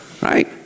right